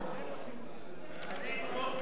אני אתמוך, בתנאי שש"ס תעמוד בראש הוועדה.